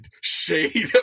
shade